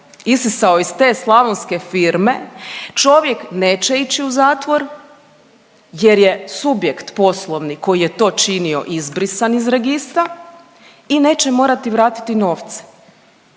isisao iz te slavonske firme, čovjek neće ići u zatvor jer je subjekt poslovni koji je to činio izbrisan iz registra i neće morati vratiti novce.